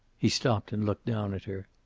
he stopped and looked down at her.